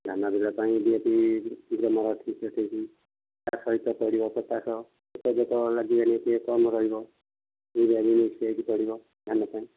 ଧାନ କିଣିବା ପାଇଁ ନିହାତି ହଁ ଠିକ୍ ତା' ସହିତ ପରିବା ପଟାଶ ଯେ ଲାଗିଲାଣି ସେ କମ୍ ରହିବ କିଣାକିଣି ପଡ଼ିବ ଧାନ ପାଇଁ